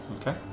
Okay